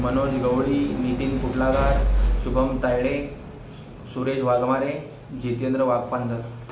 मनोज गवळी नितीन पुटलागार शुभम तायडे सु सुरेश वाघमारे जितेंद्र वाघपांजर